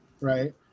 Right